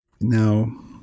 now